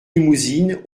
limousine